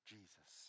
Jesus